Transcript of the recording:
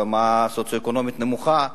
ברמה סוציו-אקונומית נמוכה,